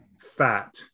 fat